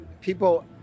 people